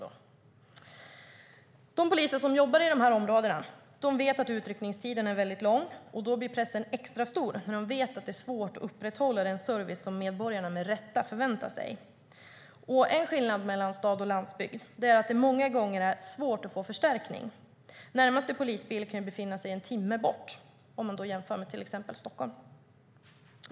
De poliser som jobbar i dessa områden vet att utryckningstiderna är mycket långa. Då blir pressen extra stor när de vet att det är svårt att upprätthålla den service som medborgarna med rätta förväntar sig. En skillnad mellan stad och landsbygd är att det många gånger är svårt att få förstärkning. Närmaste polisbil kan befinna sig en timme bort. Detta kan jämföras med Stockholm.